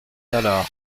tallard